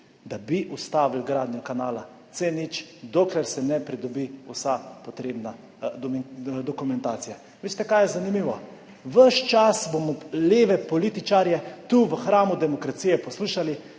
da bi ustavili gradnjo kanala C0, dokler se ne pridobi vsa potrebna dokumentacija. Veste, kaj je zanimivo? Ves čas bomo leve politike tu v hramu demokracije poslušali,